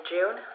June